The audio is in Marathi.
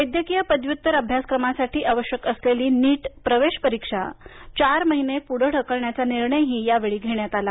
वैदयकीय पदव्युत्तर अभ्यासक्रमासाठी आवश्यक असलेली नीट प्रवेश परीक्षा चार महिने पुढं ढकलण्याचा निर्णयही यावेळी घेण्यात आला